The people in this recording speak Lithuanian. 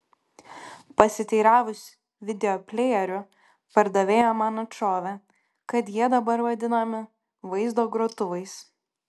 pasiteiravus videoplejerių pardavėja man atšovė kad jie dabar vadinami vaizdo grotuvais